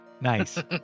Nice